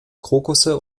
krokusse